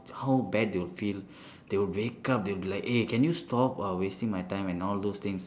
how bad they will feel they will wake up they'll be like hey can you stop uh wasting my time and all those things